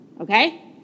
okay